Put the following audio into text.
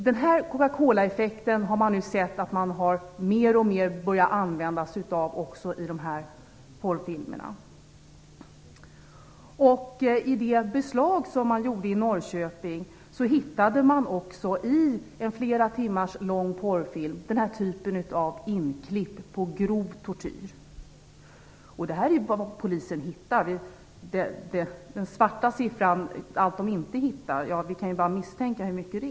Denna cocacolaeffekt har mer och mer börjat användas också i den här typen av porrfilmer. Vid det beslag som man gjorde i Norrköping hittade man också i en flera timmar lång porrfilm den här typen av inklipp på grov tortyr. Detta är bara vad polisen hittar. Hur hög den svarta siffran är, allt de inte hittar, kan vi bara misstänka.